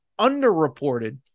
underreported